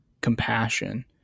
compassion